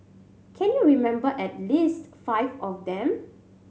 can you remember at least five of them